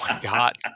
God